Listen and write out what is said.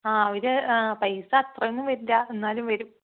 ആ ഒരു പൈസ അത്രയൊന്നും വരില്ല എന്നാലും വരും